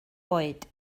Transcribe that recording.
oed